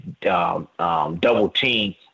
double-team